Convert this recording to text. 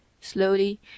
Slowly